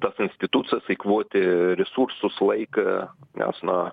tas institucijas eikvoti resursus laiką nes na